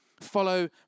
Follow